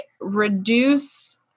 reduce